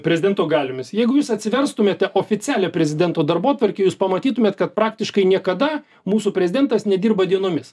prezidento galiomis jeigu jūs atsiverstumėte oficialią prezidento darbotvarkę jūs pamatytumėt kad praktiškai niekada mūsų prezidentas nedirba dienomis